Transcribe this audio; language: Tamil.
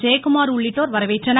ஜெயக்குமார் உள்ளிட்டோர் வரவேற்றனர்